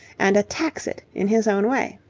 and attacks it in his own way.